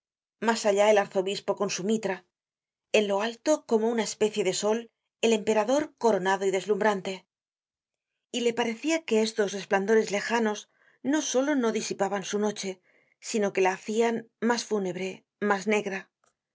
mas allá el arzobispo con su mitra en lo alto como una especie de sol el emperador coronado y deslumbrante y le parecia que estos resplandores lejanos no solo no disipaban su noche sino que lahacian mas fúnebre mas negra